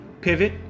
pivot